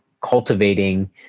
cultivating